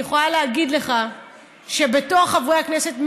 יש בקרב חברי הכנסת,